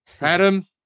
Adam